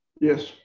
Yes